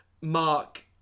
Mark